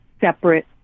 separate